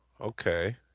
Okay